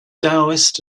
daoist